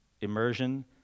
immersion